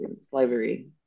slavery